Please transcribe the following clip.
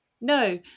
No